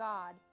God